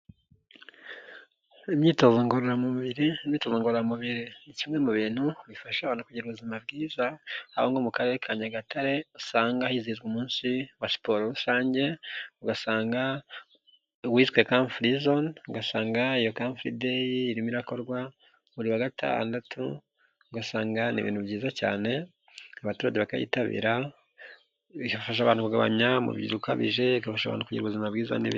Imyitozo ngororamubiri, imyitozo ngoramubiri ni kimwe mu bintu bifasha abantu kugira ubuzima bwiza, aho nko mu karere ka nyagatare usanga hizihizwa umunsi wa siporo rusange ugasanga uwiswe kamfuri zone, ugasanga iyo kamfuri deyi irimo irakorwa buri wa gatandatu, ugasanga ari ni ibintu byiza cyane abaturage bakayitabira bigafasha abantu kugabanya umubyibuho ukabije bagashobora kugira ubuzima bwiza neza.